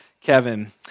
Kevin